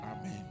Amen